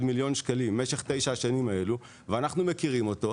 מיליון ₪ במהלך תשע השנים האלו ואנחנו מכירים אותו,